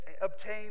obtain